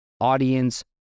audience